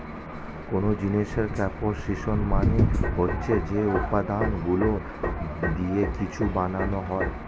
কোন জিনিসের কম্পোসিশন মানে হচ্ছে যে উপাদানগুলো দিয়ে কিছু বানানো হয়